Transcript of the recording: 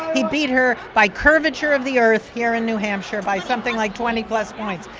he beat her by curvature of the earth here in new hampshire by something like twenty plus points.